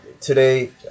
today